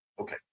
Okay